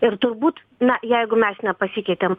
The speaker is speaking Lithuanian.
ir turbūt na jeigu mes nepasikeitėm